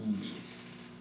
yes